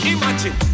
Imagine